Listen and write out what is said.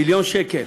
מיליון שקל.